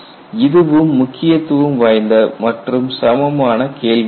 இதுவும் முக்கியத்துவம் வாய்ந்த மற்றும் சமமான கேள்வியாகும்